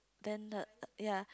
then the ya